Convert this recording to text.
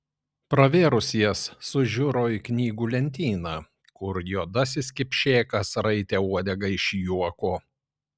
pravėrus jas sužiuro į knygų lentyną kur juodasis kipšėkas raitė uodegą iš juoko